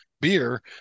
beer